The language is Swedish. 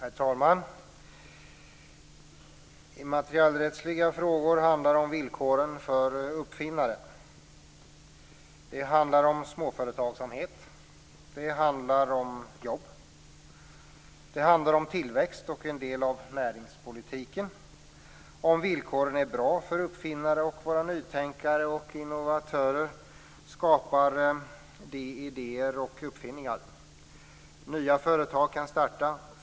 Herr talman! Immaterialrättsliga frågor handlar om villkoren för uppfinnare. Det handlar om småföretagsamhet. Det handlar om jobb. Det handlar om tillväxt och en del av näringspolitiken. Om villkoren är bra för uppfinnare och våra nytänkare och innovatörer skapar de idéer och uppfinningar. Nya företag kan starta.